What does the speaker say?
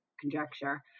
conjecture